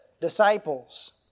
disciples